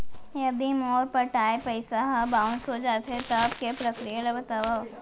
यदि मोर पटाय पइसा ह बाउंस हो जाथे, तब के प्रक्रिया ला बतावव